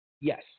Yes